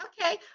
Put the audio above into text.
Okay